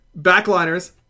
backliners